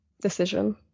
decision